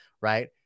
Right